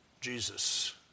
Jesus